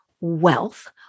wealth